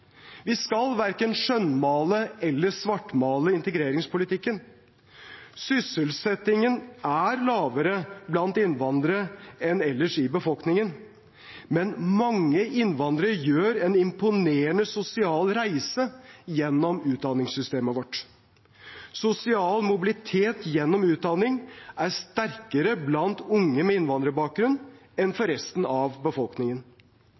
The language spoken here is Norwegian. Vi skal verken skjønnmale eller svartmale integreringspolitikken. Sysselsettingen er lavere blant innvandrere enn ellers i befolkningen, men mange innvandrere gjør en imponerende sosial reise gjennom utdanningssystemet vårt. Sosial mobilitet gjennom utdanning er sterkere blant unge med innvandrerbakgrunn enn i resten av befolkningen.